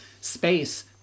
space